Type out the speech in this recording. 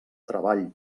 treball